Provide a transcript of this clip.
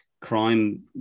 Crime